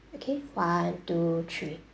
okay one two three